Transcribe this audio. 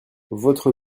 votre